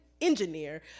engineer